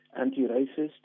anti-racist